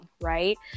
right